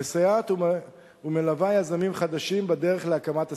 המסייעת ומלווה יזמים חדשים בדרך להקמת עסקים.